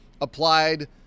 applied